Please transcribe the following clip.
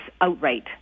outright